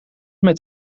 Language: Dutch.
met